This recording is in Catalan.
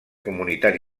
comunitat